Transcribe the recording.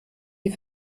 die